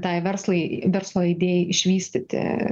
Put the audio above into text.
tai verslai verslo idėjai išvystyti